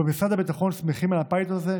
במשרד הביטחון שמחים על הפיילוט הזה,